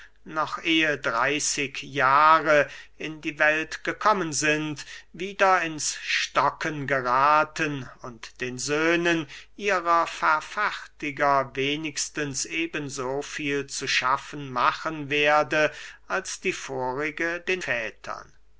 noch ehe dreyßig jahre in die welt gekommen sind wieder ins stocken gerathen und den söhnen ihrer verfertiger wenigstens eben so viel zu schaffen machen werde als die vorige den vätern